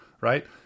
right